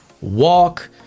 walk